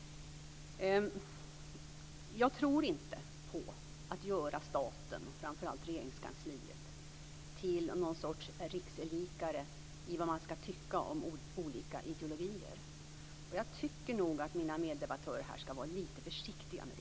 Jag tror inte på att göra staten, framför allt Regeringskansliet, till någon sorts rikslikare för vad man ska tycka om olika ideologier. Jag tycker nog att mina meddebattörer ska vara lite försiktiga med det.